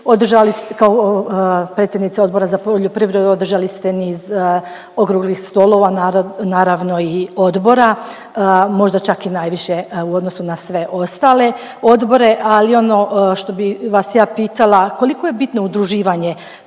sabornici. Kao predsjednica Odbora za poljoprivredu održali ste niz Okruglih stolova, naravno i odbora, možda čak i najviše u odnosu na sve ostale odbore ali ono što bih vas ja pitala, koliko je bitno udruživanje